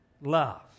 love